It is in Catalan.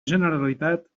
generalitat